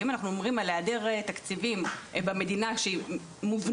אם אנחנו מדברים על העדר תקציבים במדינה שהם מובנים,